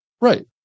Right